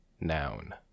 Noun